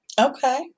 okay